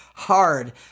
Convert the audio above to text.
hard